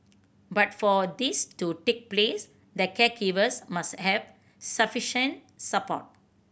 but for this to take place the caregivers must have sufficient support